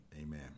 Amen